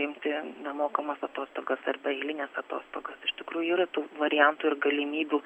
imti nemokamas atostogas arba eilines atostogas iš tikrųjų yra tų variantų ir galimybių